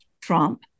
Trump